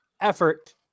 effort